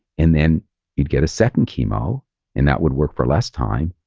and then you'd get a second chemo and that would work for less time.